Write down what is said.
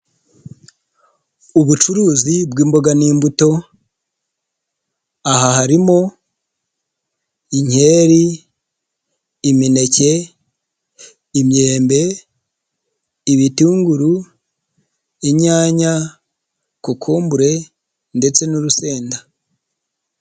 Ubucuruzi bw'imboga n'imbuto, aha harimo inkeri, imineke, imyembe, ibitunguru, inyanya, kokumbure ndetse n'urusenda.